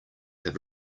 have